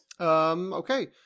Okay